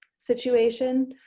situation.